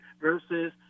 versus